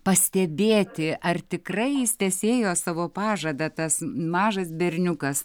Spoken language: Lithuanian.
pastebėti ar tikrai jis tesėjo savo pažadą tas mažas berniukas